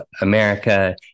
America